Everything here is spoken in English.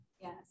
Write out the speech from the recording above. yes